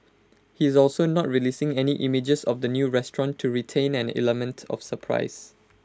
he's also not releasing any images of the new restaurant to retain an element of surprise